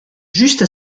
juste